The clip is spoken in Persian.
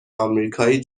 امریکای